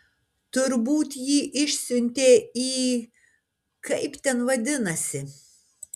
turbūt jį išsiuntė į kaip ten vadinasi